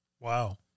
Wow